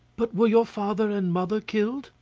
but were your father and mother killed?